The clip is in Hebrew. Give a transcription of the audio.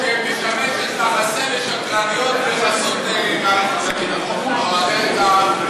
שמשמשת מחסה לשקרניות בחסות מערכת הביטחון או הדרג,